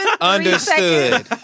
Understood